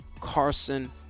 Carson